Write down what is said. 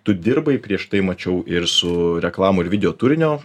tu dirbai prieš tai mačiau ir su reklamų ir video turinio